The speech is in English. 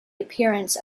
appearance